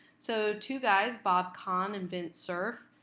so two guys, bob kahn and vint cerf,